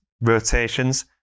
rotations